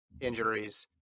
injuries